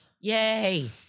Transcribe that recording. yay